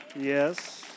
Yes